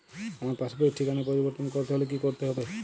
আমার পাসবই র ঠিকানা পরিবর্তন করতে হলে কী করতে হবে?